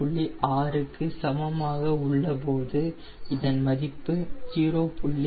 6 க்கு சமமாக உள்ளபோது 0